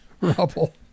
Rubble